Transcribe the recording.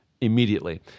immediately